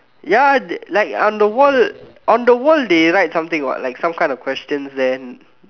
ya like on the wall on the wall they write something what some kind of questions then